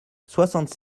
soixante